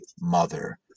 mother